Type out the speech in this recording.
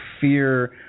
fear